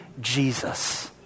Jesus